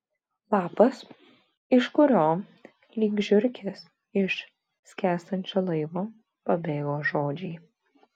lapas iš kurio lyg žiurkės iš skęstančio laivo pabėgo žodžiai